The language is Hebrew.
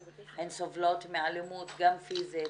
והן סובלות מאלימות גם פיזית,